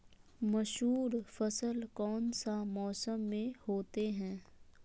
मसूर फसल कौन सा मौसम में होते हैं?